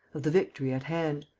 of the victory at hand.